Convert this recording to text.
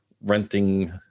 renting